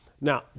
Now